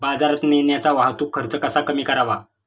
बाजारात नेण्याचा वाहतूक खर्च कसा कमी करावा?